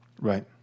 Right